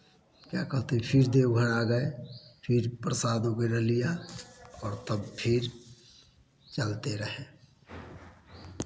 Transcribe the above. क्या कहते हैं फिर देवघर आ गए फिर प्रसाद वगेरह लिया और तब फिर चलते रहे